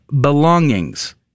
belongings